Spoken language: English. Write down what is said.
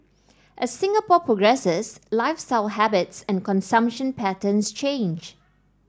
as Singapore progresses lifestyle habits and consumption patterns change